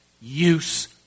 use